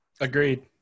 agreed